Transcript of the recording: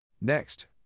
Next